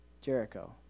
Jericho